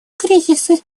кризисы